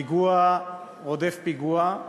פיגוע רודף פיגוע,